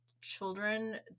children